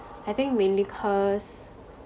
I think mainly cause